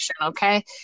Okay